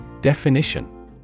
Definition